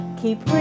keep